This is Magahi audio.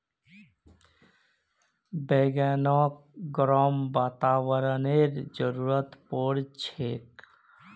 बैगनक गर्म वातावरनेर जरुरत पोर छेक